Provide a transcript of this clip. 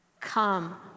Come